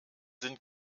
sind